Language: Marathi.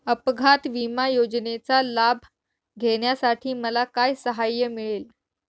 अपघात विमा योजनेचा लाभ घेण्यासाठी मला काय सहाय्य मिळेल?